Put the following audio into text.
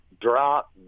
drop